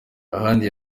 ahandi